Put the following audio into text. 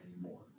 anymore